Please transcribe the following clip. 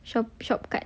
shop shop card